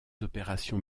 opérations